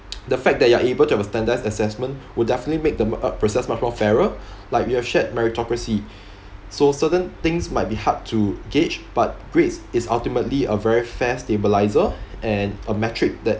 the fact that you are able to have a standardised assessment will definitely make the up~ process much more fairer like we have shared meritocracy so certain things might be hard to gauge but grades is ultimately a very fair stabiliser and a metric that